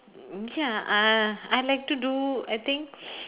mm ya uh I like to do I think